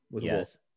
Yes